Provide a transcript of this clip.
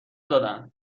دادند